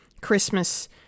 Christmas